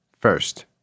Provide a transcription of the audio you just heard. first